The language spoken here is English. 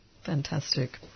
Fantastic